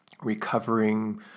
recovering